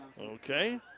Okay